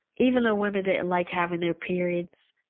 even though women didn't like having their periods,